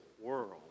world